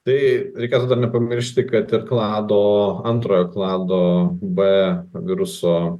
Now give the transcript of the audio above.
tai reikėtų dar nepamiršti kad ir klado antrojo klano b viruso